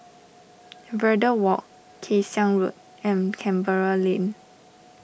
Verde Walk Kay Siang Road and Canberra Lane